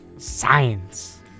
SCIENCE